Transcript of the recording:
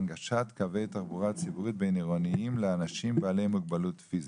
הנגשת קווי תחבורה ציבורית בין-עירוניים לאנשים בעלי מוגבלות פיזית.